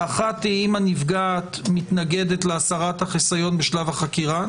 האחת היא אם הנפגעת מתנגדת להסרת החיסיון בשלב החקירה.